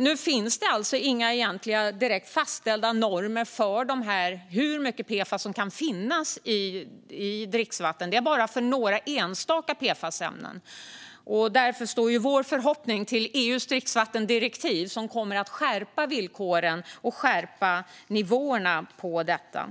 Nu finns det inte några egentliga fastställda normer för hur mycket PFAS som kan finnas i dricksvatten. Det finns bara för några enstaka PFAS-ämnen. Därför står vår förhoppning till att EU:s dricksvattendirektiv kommer att skärpa villkoren och skärpa reglerna för nivåerna på detta.